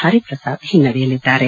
Hariprasad ಹಿನ್ನಡೆಯಲ್ಲಿದ್ದಾರೆ